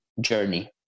journey